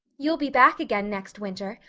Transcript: you'll be back again next winter,